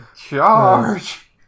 Charge